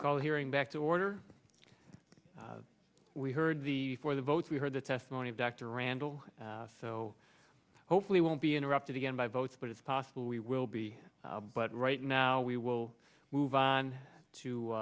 call hearing back to order we heard the for the votes we heard the testimony of dr randall so hopefully won't be interrupted again by votes but it's possible we will be but right now we will move on to